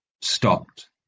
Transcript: stopped